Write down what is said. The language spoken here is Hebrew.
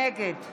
נגד